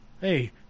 hey